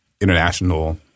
international